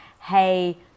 hey